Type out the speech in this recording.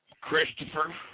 Christopher